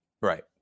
Right